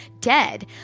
dead